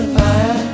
fire